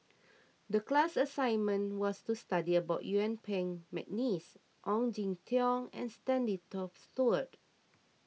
the class assignment was to study about Yuen Peng McNeice Ong Jin Teong and Stanley Toft Stewart